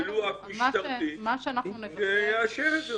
ולו רק משטרתי, שיאשר את זה.